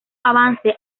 avance